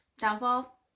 Downfall